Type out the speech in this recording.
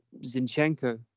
Zinchenko